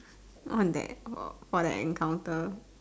not on that for for that encounter